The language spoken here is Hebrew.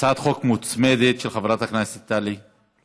הצעת חוק מוצמדת של חברת הכנסת טלי פלוסקוב.